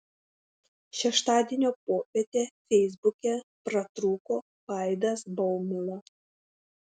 šeštadienio popietę feisbuke pratrūko vaidas baumila